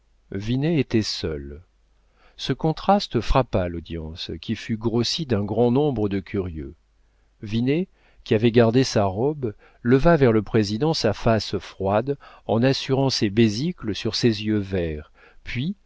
était seul ce contraste frappa l'audience qui fut grossie d'un grand nombre de curieux vinet qui avait gardé sa robe leva vers le président sa face froide en assurant ses besicles sur ses yeux verts puis